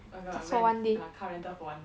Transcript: I got ren~ ah car rental for one day